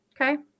okay